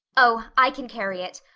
oh, i can carry it,